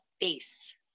face